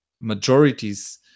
majorities